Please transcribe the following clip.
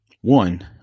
One